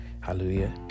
hallelujah